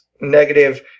negative